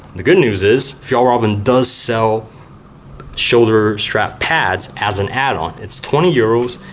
the good news is, fjallraven does sell shoulder strap pads as an add-on. it's twenty euros.